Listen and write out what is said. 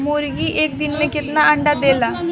मुर्गी एक दिन मे कितना अंडा देला?